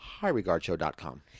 highregardshow.com